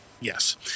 Yes